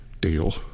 deal